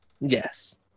Yes